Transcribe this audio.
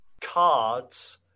cards